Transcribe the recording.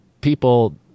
people